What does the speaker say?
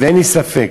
ואין לי ספק,